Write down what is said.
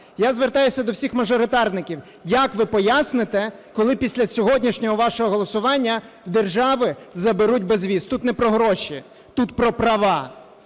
Я звертаюся до всіх мажоритарників: як ви поясните, коли після сьогоднішнього вашого голосування в держави заберуть безвіз? Тут не про гроші, тут про права.